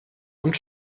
und